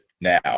now